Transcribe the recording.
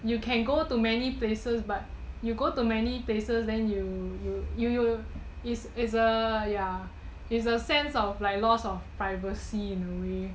you can go to many places but you go to many places then you you you you is is uh ya it's a sense of loss of privacy in a way